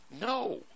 no